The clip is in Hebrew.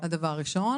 הדבר הראשון.